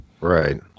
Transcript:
Right